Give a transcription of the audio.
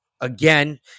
again